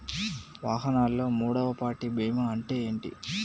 వాహనాల్లో మూడవ పార్టీ బీమా అంటే ఏంటి?